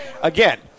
again